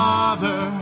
Father